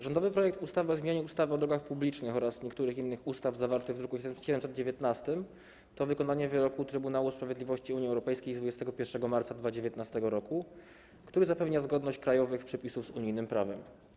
Rządowy projekt ustawy o zmianie ustawy o drogach publicznych oraz niektórych innych ustaw, zawarty w druku nr 719, to wykonanie wyroku Trybunału Sprawiedliwości Unii Europejskiej z 21 marca 2019 r., który zapewnia zgodność krajowych przepisów z unijnym prawem.